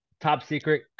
top-secret